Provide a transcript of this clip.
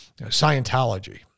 Scientology